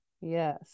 Yes